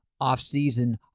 off-season